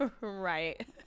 right